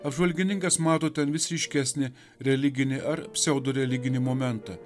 apžvalgininkas mato ten vis ryškesnį religinį ar pseudoreliginį momentą